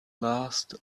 last